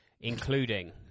including